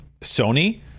Sony